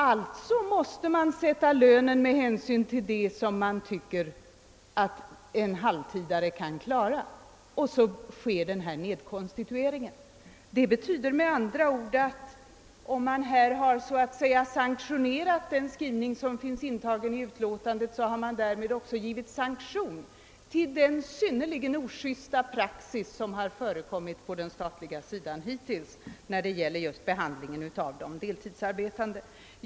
Alltså måste man sätta lönen efter vad man tycker att en halvtidstjänstgörande kan klara. På det sättet sker en nedkonstituering. Har man antagit utlåtandets skrivning så har man därmed också givit sanktion för den statliga sidans synnerligen ojusta praxis när det gäller behandlingen av de deltidsarbetande.